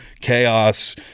chaos